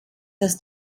dass